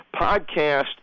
podcast